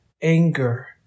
anger